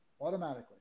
automatically